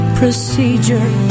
procedure